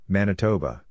Manitoba